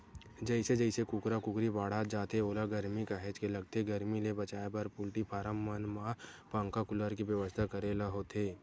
जइसे जइसे कुकरा कुकरी बाड़हत जाथे ओला गरमी काहेच के लगथे गरमी ले बचाए बर पोल्टी फारम मन म पंखा कूलर के बेवस्था करे ल होथे